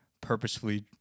purposefully